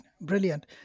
Brilliant